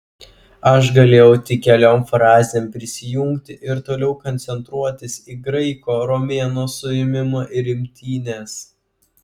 aš galėjau tik keliom frazėm prisijungti ir toliau koncentruotis į graiko romėno suėmimą ir imtynes